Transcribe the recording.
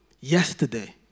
yesterday